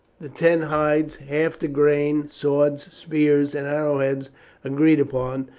the ten hides, half the grain, swords, spears, and arrowheads agreed upon,